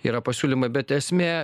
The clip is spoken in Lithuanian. yra pasiūlymai bet esmė